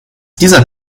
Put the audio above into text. dieser